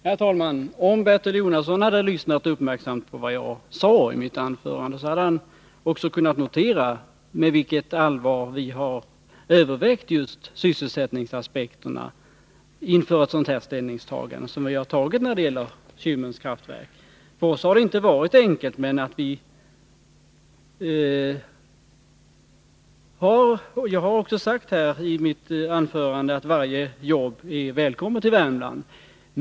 Herr talman! Om Bertil Jonasson hade lyssnat uppmärksamt på vad jag sade i mitt anförande hade han kunnat notera med vilket allvar vi har övervägt just sysselsättningsaspekterna inför vårt ställningstagande i fråga om Kymmens kraftverk. Det har inte varit enkelt för oss. Varje jobb är välkommet till Värmland.